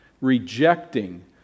rejecting